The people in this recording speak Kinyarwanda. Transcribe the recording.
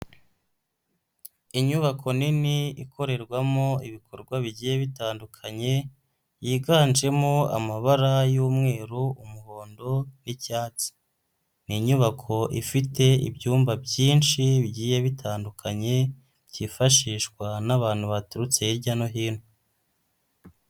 Inyubako nini ikorerwamo ibikorwa bigiye bitandukanye yiganjemo amabara y'umweru, umuhondo n'icyatsi. Ni inyubako ifite ibyumba byinshi bigiye bitandukanye byifashishwa n'abantu baturutse hirya no hino.